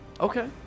Okay